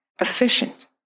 efficient